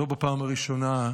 לא בפעם הראשונה,